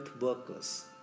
workers